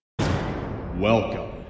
Welcome